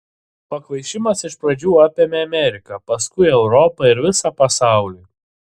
pakvaišimas iš pradžių apėmė ameriką paskui europą ir visą pasaulį